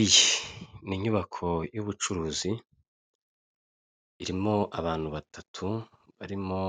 Iyi ni inyubako y'ubucuruzi; irimo abantu batatu barimo